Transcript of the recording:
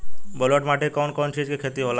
ब्लुअट माटी में कौन कौनचीज के खेती होला?